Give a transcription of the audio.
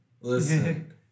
Listen